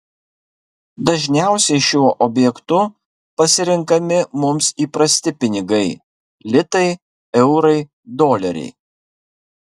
dažniausiai šiuo objektu pasirenkami mums įprasti pinigai litai eurai doleriai